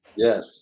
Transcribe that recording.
Yes